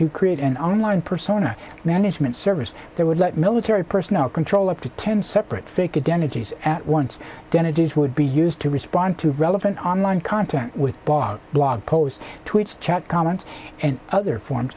to create an online persona management service there would let military personnel control up to ten separate fake identities at once then it would be used to respond to relevant online content with blog blog post tweets chat comments and other form